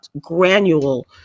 granule